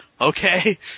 Okay